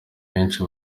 benshi